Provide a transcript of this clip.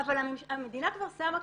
אבל המדינה כבר שמה כסף,